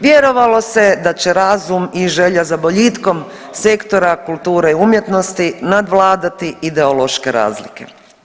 Vjerovalo se da će razum i želja za boljitkom sektora kulture i umjetnosti nadvladati ideološke razlike.